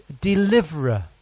deliverer